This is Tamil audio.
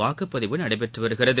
வாக்குப்பதிவு நடைபெற்று வருகிறது